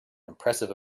impressive